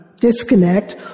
disconnect